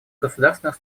государственных